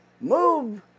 Move